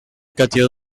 catió